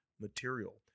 material